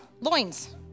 loins